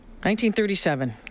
1937